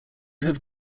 have